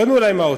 פנו אלי מהאוצר,